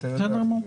בסדר גמור.